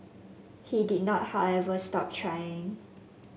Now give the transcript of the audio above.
he did not however stop trying